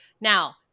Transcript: now